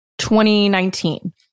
2019